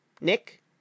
Nick